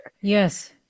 Yes